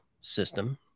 system